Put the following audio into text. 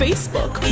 Facebook